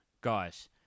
guys